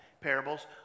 parables